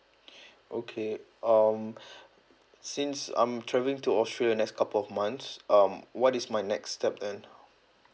okay um since I'm travelling to australia next couple of months um what is my next step then